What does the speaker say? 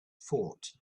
fort